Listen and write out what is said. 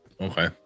Okay